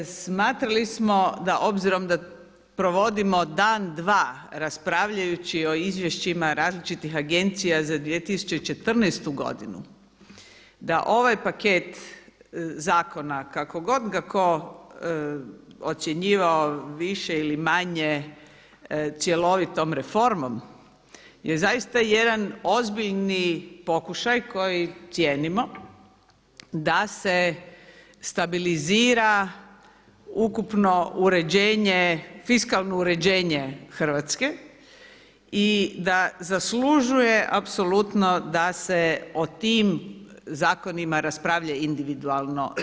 Smatrali smo da obzirom da provodimo dan, dva, raspravljajući o izvješćima različitih agencija za 2014. godinu da ovaj paket zakona kako god ga tko ocjenjivao više ili manje cjelovitom reformom je zaista jedan ozbiljni pokušaj koji cijenimo da se stabilizira ukupno ukupno uređenje, fiskalno uređenje Hrvatske i da zaslužuje apsolutno da se o tim zakonima raspravlja individualno.